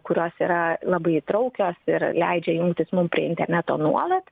kurios yra labai įtraukios ir leidžia jungtis mum prie interneto nuolat